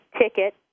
ticket